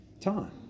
time